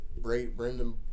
Brendan